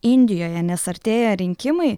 indijoje nes artėja rinkimai